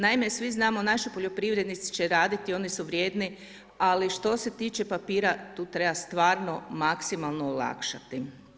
Naime, svi znamo naši poljoprivrednici će raditi, oni su vrijedni, ali što se tiče papira tu treba stvarno maksimalno olakšati.